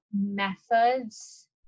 methods